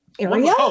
area